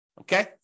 Okay